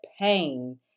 pain